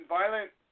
violent